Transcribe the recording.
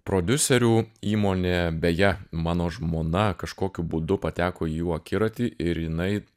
prodiuserių įmonė beje mano žmona kažkokiu būdu pateko į jų akiratį ir jinai